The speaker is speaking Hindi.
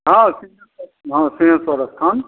हाँ सिंघेश्वर स्थान